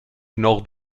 nord